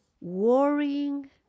worrying